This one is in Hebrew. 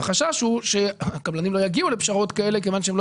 החשש הוא שהקבלנים לא יגיעו לפשרות כאלה כיוון שהם לא